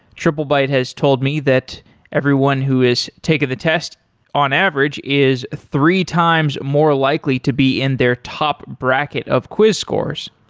triplebyte has told me that everyone who has taken the test on average is three times more likely to be in their top bracket of quiz course.